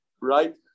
right